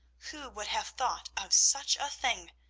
who would have thought of such a thing!